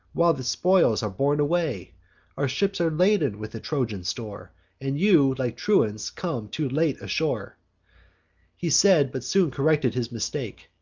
while the spoils are borne away our ships are laden with the trojan store and you, like truants, come too late ashore he said, but soon corrected his mistake,